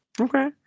okay